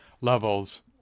levels